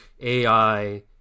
AI